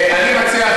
אני מציע,